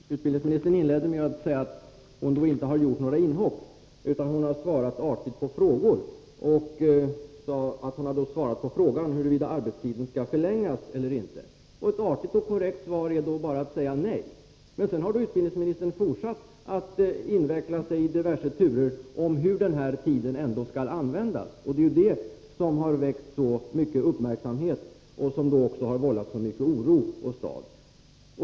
Herr talman! Utbildningsministern inledde med att säga att hon inte har gjort några inhopp utan har svarat artigt på frågor. Hon sade att hon har svarat på frågan, huruvida arbetstiden för lärarna skall förlängas eller inte. Ett artigt och korrekt svar är då: Nej. Men sedan har utbildningsministern i diverse turer invecklat sig i resonemang om hur den här tiden ändå skall användas. Det är detta som har väckt så mycket uppmärksamhet och som också kommit så mycken oro åstad.